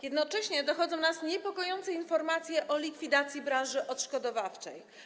Jednocześnie dochodzą do nas niepokojące informacje o likwidacji branży odszkodowawczej.